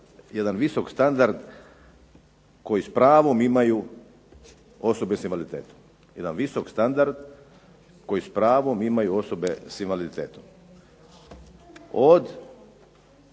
jedan visok standard koji s pravom imaju osobe s invaliditetom.